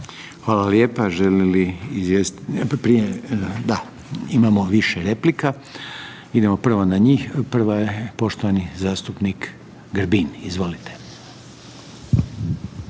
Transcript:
Željko (HDZ)** Želi li prije …? Da. Imamo više replika, idemo prvo na njih, prva je poštovani zastupnik Grbin. Izvolite.